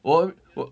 我我